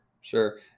sure